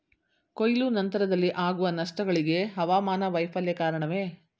ಕೊಯ್ಲು ನಂತರದಲ್ಲಿ ಆಗುವ ನಷ್ಟಗಳಿಗೆ ಹವಾಮಾನ ವೈಫಲ್ಯ ಕಾರಣವೇ?